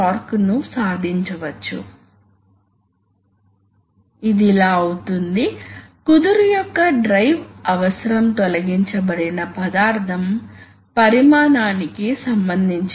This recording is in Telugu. ఈ Pd Pu ratio critical value కు మించి ఉంది వాస్తవానికి ఇది క్రిటికల్ వేల్యూ కంటే తక్కువగా ఉండాలి ఎక్కువ కాదు ఇది తప్పు కనుక ఇది మారుతుంది